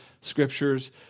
scriptures